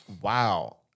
Wow